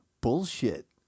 bullshit